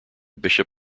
bishop